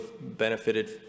benefited